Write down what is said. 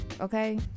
Okay